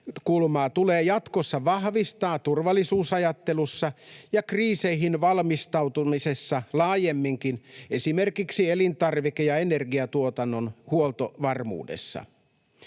näkökulmaa tulee jatkossa vahvistaa turvallisuusajattelussa ja kriiseihin valmistautumisessa laajemminkin, esimerkiksi elintarvike- ja energiantuotannon huoltovarmuudessa.